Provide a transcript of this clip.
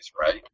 right